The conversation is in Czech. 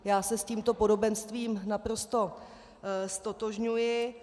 Já se s tímto podobenstvím naprosto ztotožňuji.